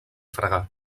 fregar